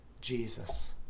Jesus